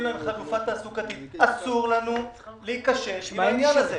לאנשים חלופה תעסוקתית אסור לנו לא להיכשל בעניין הזה.